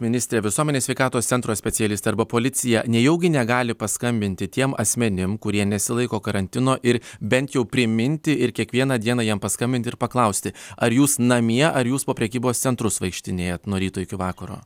ministre visuomenės sveikatos centro specialistai arba policija nejaugi negali paskambinti tiem asmenim kurie nesilaiko karantino ir bent jau priminti ir kiekvieną dieną jiem paskambint ir paklausti ar jūs namie ar jūs po prekybos centrus vaikštinėjat nuo ryto iki vakaro